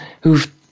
who've